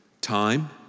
time